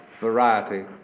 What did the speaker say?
variety